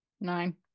Nine